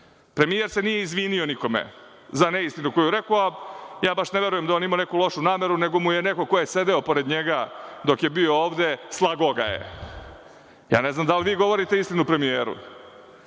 Premijer se nije izvinio nikome za neistinu koju je rekao, a ja baš ne verujem da je on imao neku lošu nameru, nego mu je neko ko je sedeo pored njega, dok je bio ovde, slagao ga je. Ja ne znam da li vi govorite istinu premijeru?